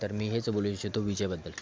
तर मी हेच बोलू इच्छितो विजेबद्दल